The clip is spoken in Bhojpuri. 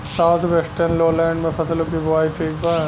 साउथ वेस्टर्न लोलैंड में फसलों की बुवाई ठीक बा?